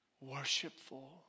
worshipful